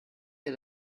mir